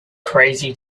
crazy